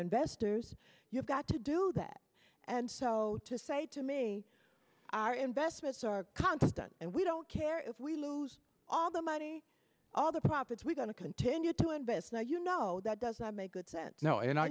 investors you've got to do that and so to say to me our investments are constant and we don't care if we lose all the money all the profits we're going to continue to invest now you know that does not make good sense now and i